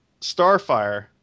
Starfire